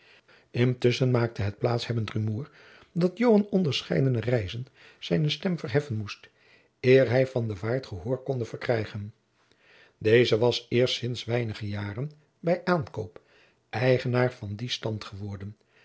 intusschen maakte het plaats hebbend rumoer dat joan onderscheidene reizen zijne stem verheffen moest eer hij van den waard gehoor konde verkrijgen deze was eerst sints weinige jaren bij aankoop eigenaar van dien stand geworden